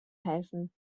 helfen